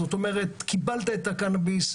קיבלת את הקנביס,